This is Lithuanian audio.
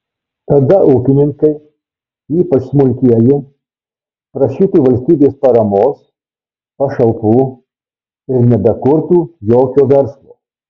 tada ūkininkai ypač smulkieji prašytų valstybės paramos pašalpų ir nebekurtų jokio verslo